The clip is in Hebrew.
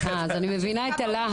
אז אני מבינה את הלהט.